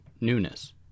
newness